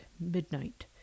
Midnight